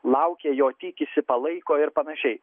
laukia jo tikisi palaiko ir panašiai